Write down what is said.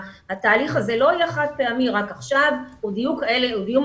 שהתהליך הזה לא יהיה חד פעמי רק עכשיו כי יהיו מעונות